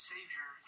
Savior